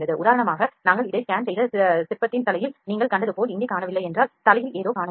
உதாரணமாக நாங்கள் இதை ஸ்கேன் செய்த சிற்பத்தின் தலையில் நீங்கள் கண்டது போல் இங்கே காணவில்லை என்றால் தலையில் ஏதோ காணவில்லை